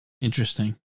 Interesting